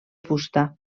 fusta